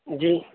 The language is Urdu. جی